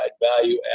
value